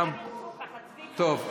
טוב,